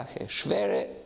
Schwere